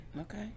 Okay